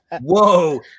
Whoa